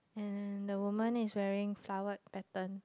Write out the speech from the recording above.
and the women is wearing flowered pattern